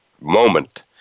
moment